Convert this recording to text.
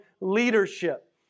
leadership